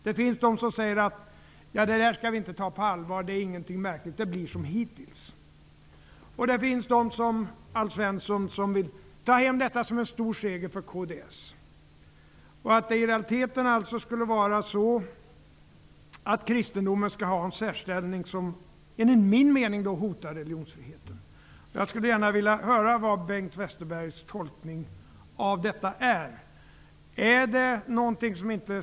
Det finns de som säger att vi inte skall ta den nya formuleringen på allvar, att det inte är något märkligt och att det blir som hittills. Det finns de som likt Alf Svensson vill se formuleringen som en stor seger för kds. Det skulle i realiteten alltså vara så, att kristendomen skall ha en särställning som enligt min mening hotar religionsfriheten. Jag skulle gärna vilja höra vilken Bengt Westerbergs tolkning av detta är.